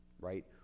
right